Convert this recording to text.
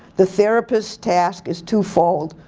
the therapist task is two fold.